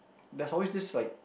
there's always this like